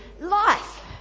life